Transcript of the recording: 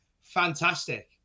fantastic